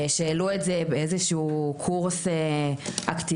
שהעלו את זה באיזה שהוא קורס אקטיביסטי.